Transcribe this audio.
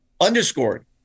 underscored